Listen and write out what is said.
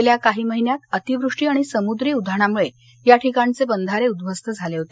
गेल्या काही महिन्यात अतिवृष्टी आणि समुद्री उधाणामुळे याठिकाणचे बंधारे उध्वस्त झाले होते